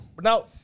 Now